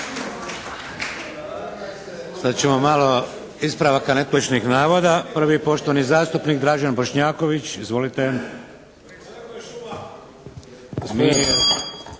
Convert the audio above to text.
Sad ćemo malo ispravaka netočnih navoda. Prvi je poštovani zastupnik Dražen Bošnjaković. Izvolite.